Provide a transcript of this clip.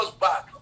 back